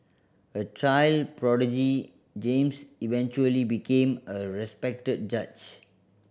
a child prodigy James eventually became a respected judge